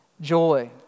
joy